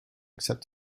except